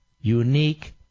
unique